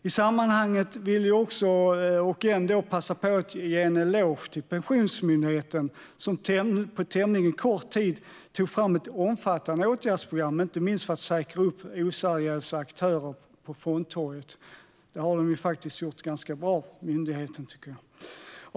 I sammanhanget vill jag ändå passa på att ge en eloge till Pensionsmyndigheten som på tämligen kort tid tog fram ett omfattande åtgärdsprogram, inte minst för att säkra upp för oseriösa aktörer på fondtorget. Det har myndigheten gjort ganska bra.